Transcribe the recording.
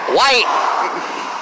White